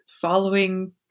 following